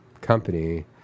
company